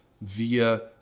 via